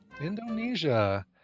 Indonesia